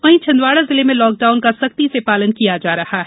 वहीं छिंदवाड़ा जिले में लॉकडाउन का सख्ती से पालन किया जा रहा है